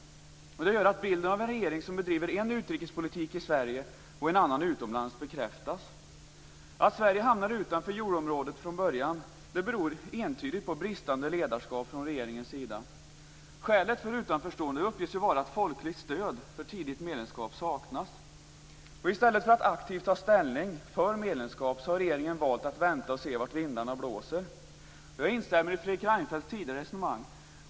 Det gör att bilden av en regering som bedriver en utrikespolitik i Sverige och en annan utomlands bekräftas. Att Sverige hamnar utanför euroområdet från början beror entydigt på bristande ledarskap från regeringens sida. Skälet för utanförstående uppges vara att folkligt stöd för tidigt EMU-medlemskap saknas. I stället för att aktivt ta ställning för medlemskap har regeringen valt att vänta och se vart vindarna blåser. Jag instämmer i Fredrik Reinfeldts tidigare resonemang.